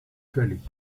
völlig